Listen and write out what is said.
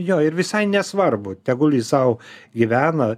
jo ir visai nesvarbu tegul jis sau gyvena